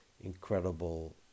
incredible